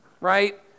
right